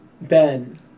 Ben